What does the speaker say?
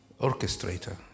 orchestrator